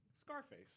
Scarface